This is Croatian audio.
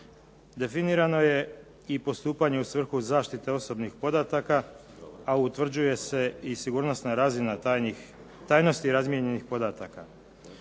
Definirano je i postupanje u svrhu zaštite osobnih podataka a utvrđuje se i sigurnosna razina tajnosti razmijenjenih podataka.